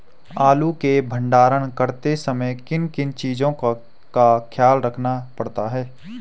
आलू के भंडारण करते समय किन किन चीज़ों का ख्याल रखना पड़ता है?